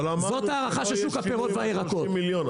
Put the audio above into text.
אבל אמרנו שלא יהיה שינוי מ-30 מיליון,